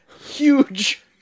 Huge